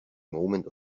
moment